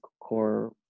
core